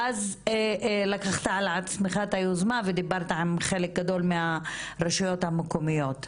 ואז לקחת על עצמך את היוזמה ודיברת עם חלק גדול מהרשויות המקומיות.